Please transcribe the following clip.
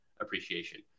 appreciation